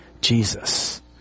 Jesus